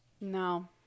No